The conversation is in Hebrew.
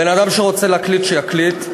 בן-אדם שרוצה להקליט, שיקליט.